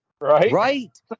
Right